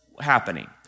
happening